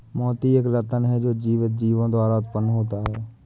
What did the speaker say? मोती एक रत्न है जो जीवित जीवों द्वारा उत्पन्न होता है